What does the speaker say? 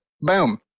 Boom